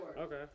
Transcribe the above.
Okay